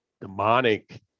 demonic